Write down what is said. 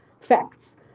facts